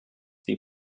die